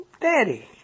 daddy